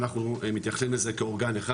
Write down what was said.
אנחנו מתייחסים לזה כאורגן אחד,